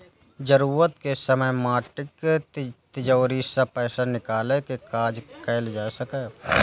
जरूरत के समय माटिक तिजौरी सं पैसा निकालि कें काज कैल जा सकैए